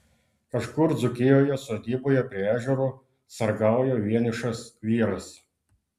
kažkur dzūkijoje sodyboje prie ežero sargauja vienišas vyras